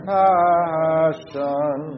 passion